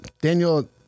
Daniel